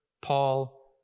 Paul